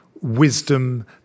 wisdom